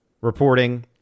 reporting